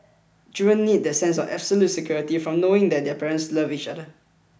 children need that sense of absolute security from knowing that their parents love each other